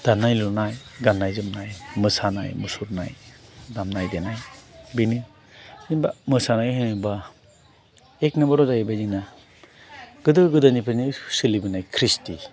दानाय लुनाय गानाय जोमनाय मोसानाय मुसुरनाय दामनाय देनाय बेनो जेनेबा मोसानाय होनोबा एक नाम्बाराव जाहैबाय जोंना गोदो गोदायनिफ्राय सोलिबोनाय क्रिस्ति